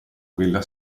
quella